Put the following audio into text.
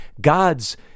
God's